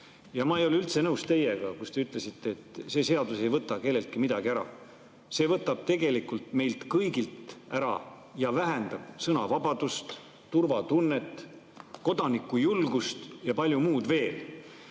ei ole teiega üldse nõus – te ütlesite, et see seadus ei võta kelleltki midagi ära. See võtab tegelikult meilt kõigilt midagi ära ja vähendab sõnavabadust, turvatunnet, kodanikujulgust ja veel palju muud. Mul